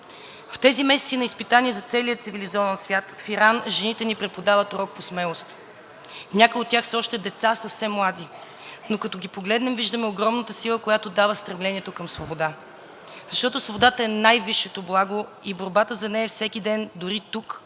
В тези месеци на изпитание за целия цивилизован свят в Иран жените ни преподават урок по смелост. Някои от тях са още деца и са съвсем млади, но като ги погледнем, виждаме огромната сила, която дава стремлението към свободата, защото свободата е най-висшето благо и борбата за нея е всеки ден, дори тук